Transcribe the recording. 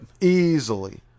Easily